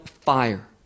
fire